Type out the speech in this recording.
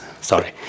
Sorry